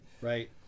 right